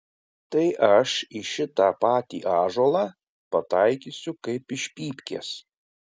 tai aš į šitą patį ąžuolą pataikysiu kaip iš pypkės